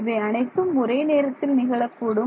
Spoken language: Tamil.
இவை அனைத்தும் ஒரே நேரத்தில் நிகழக் கூடும்